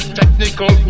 technical